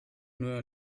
nur